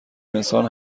انسان